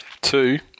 Two